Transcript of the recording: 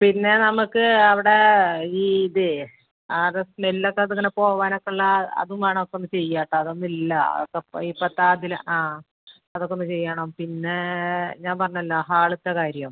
പിന്നെ നമുക്ക് അവിടേ ഈ ഇതേ ആ ഇത് സ്മെൽ ഒക്കെ ഇതിങ്ങനെ പോവാനൊക്കെ ഉള്ള അതും വേണം ഒക്കെ ഒന്ന് ചെയ്യാം കേട്ടോ അതൊന്നും ഇല്ല അത് ഇപ്പോഴത്തെ അതിന് ആ അതൊക്കെ ഒന്ന് ചെയ്യണം പിന്നെ ഞാൻ പറഞ്ഞല്ലോ ഹാളിലത്തെ കാര്യം